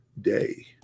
day